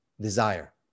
desire